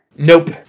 nope